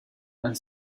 and